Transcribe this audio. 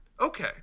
okay